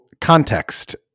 context